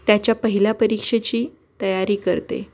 त्याच्या पहिल्या परीक्षेची तयारी करते